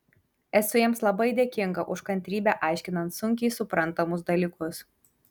esu jiems labai dėkinga už kantrybę aiškinant sunkiai suprantamus dalykus